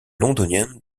londonienne